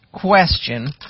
question